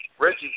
Reggie